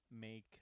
make